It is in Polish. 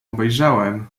obejrzałem